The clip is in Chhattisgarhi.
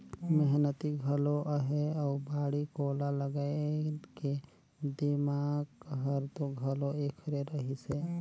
मेहनती घलो अहे अउ बाड़ी कोला लगाए के दिमाक हर तो घलो ऐखरे रहिस हे